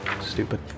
Stupid